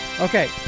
Okay